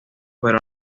pero